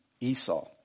Esau